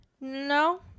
no